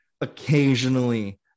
occasionally